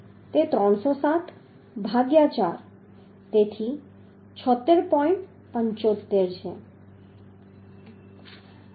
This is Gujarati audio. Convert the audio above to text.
તે 307 ભાગ્યા 4 તેથી 76